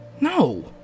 no